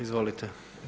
Izvolite.